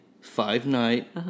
five-night